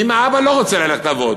ואם האבא לא רוצה ללכת לעבודה,